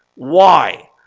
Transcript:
why?